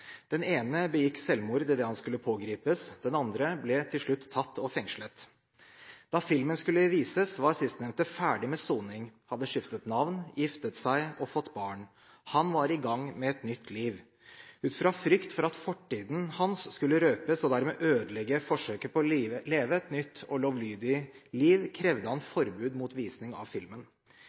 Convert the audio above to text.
Den ene begikk selvmord idet han skulle pågripes, den andre ble til slutt tatt og fengslet. Da filmen skulle vises, var sistnevnte ferdig med soning, hadde skiftet navn, giftet seg og fått barn. Han var i gang med et nytt liv. Ut fra frykt for at fortiden hans skulle røpes og dermed ødelegge forsøket på å leve et nytt og lovlydig liv, krevde han forbud mot visning av filmen.